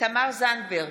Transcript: תמר זנדברג,